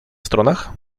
stronach